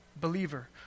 believer